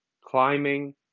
climbing